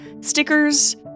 stickers